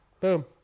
Boom